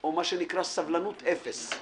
או מה שנקרא סבלנות אפס.